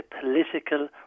political